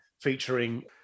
featuring